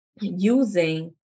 using